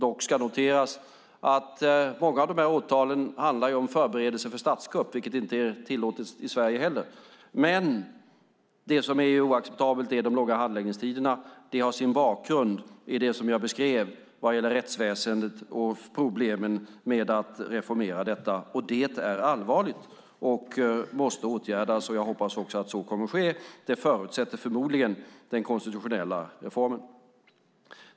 Dock ska noteras att många av åtalen handlar om förberedelse till statskupp, vilket inte är tillåtet i Sverige heller. Det som är oacceptabelt är de långa handläggningstiderna. Dessa har sin bakgrund i det jag beskrev angående rättsväsendet och problemen med att reformera detta, och det är allvarligt. Det måste åtgärdas, och jag hoppas också att så kommer att ske. Det förutsätter förmodligen den konstitutionella reformen.